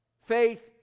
faith